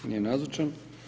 Nije nazočan.